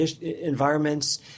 environments